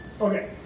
Okay